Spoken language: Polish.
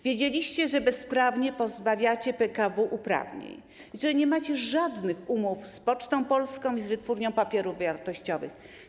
Wiedzieliście, że bezprawnie pozbawiacie PKW uprawnień, że nie macie żadnych umów z Pocztą Polską i z Wytwórnią Papierów Wartościowych.